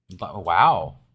Wow